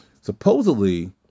supposedly